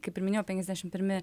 kaip ir minėjau penkiasdešim pirmi